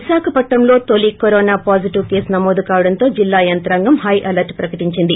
విశాఖపట్పంలో తొలీ corona positive case నమోదు కావడంతో జిల్లా యంత్రాంగం హై అలర్ల్ ప్రకటించింది